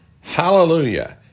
Hallelujah